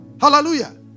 Hallelujah